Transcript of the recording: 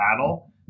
battle